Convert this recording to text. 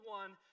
one